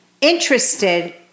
interested